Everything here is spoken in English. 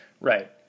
Right